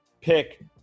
pick